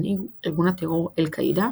מנהיג ארגון הטרור אל-קאעידה,